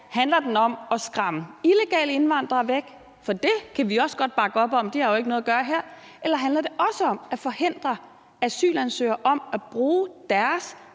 Handler den om at skræmme illegale indvandrere væk – for det kan vi også godt bakke op om; de har jo ikke noget at gøre her – eller handler den også om at forhindre asylansøgere i at bruge deres